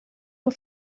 nur